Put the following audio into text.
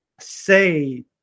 say